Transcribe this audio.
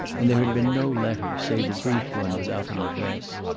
and there had been no letter save a brief one without an address,